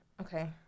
Okay